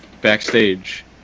backstage